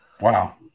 wow